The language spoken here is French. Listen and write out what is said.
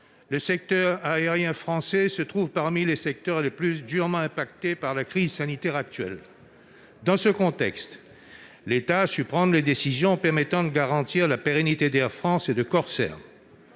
le secteur aérien français figure parmi les plus durement frappés par la crise sanitaire. Dans ce contexte, l'État a su prendre les décisions permettant de garantir la pérennité d'Air France et de Corsair.